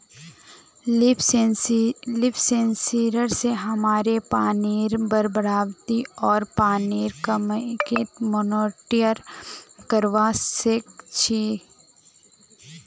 leaf sensor स हमरा पानीर बरबादी आर पानीर कमीक मॉनिटर करवा सक छी